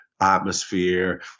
atmosphere